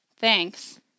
Thanks